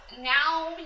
now